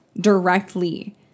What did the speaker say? directly